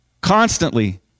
Constantly